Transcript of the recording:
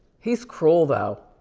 he's cruel though.